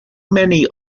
many